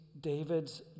David's